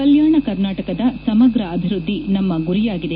ಕಲ್ಲಾಣ ಕರ್ನಾಟಕದ ಸಮಗ್ರ ಅಭಿವ್ಯದ್ದಿ ನಮ್ನ ಗುರಿಯಾಗಿದೆ